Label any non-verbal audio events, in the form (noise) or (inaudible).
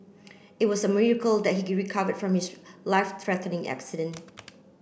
it was a miracle that he (unintelligible) recovered from his life threatening accident